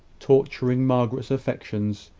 torturing margaret's affection,